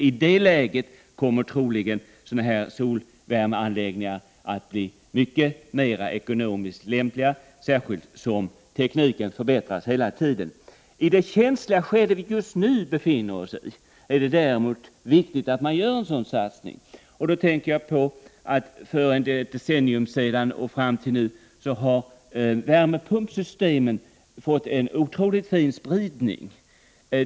I det läget kommer troligen solvärmeanläggningarna att bli mera ekonomiskt lämpliga, särskilt som tekniken hela tiden förbättras. I det känsliga skede som vi nu befinner oss i är det däremot viktigt att göra en sådan satsning. Värmepumpssystemen har från ett decennium sedan och fram till i dag fått en otrolig spridning.